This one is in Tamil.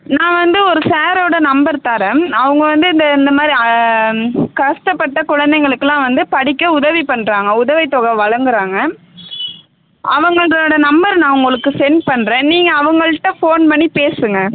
நான் வந்து ஒரு சாரோடய நம்பர் தரேன் அவங்க வந்து இந்த இந்த மாதிரி கஷ்டப்பட்ட குழந்தைங்களுக்குலாம் வந்து படிக்க உதவி பண்ணுறாங்க உதவி தொகை வழங்கிறாங்க அவங்கதோட நம்பர் நான் உங்களுக்கு சென்ட் பண்ணுறேன் நீங்கள் அவங்கள்ட்ட ஃபோன் பண்ணி பேசுங்கள்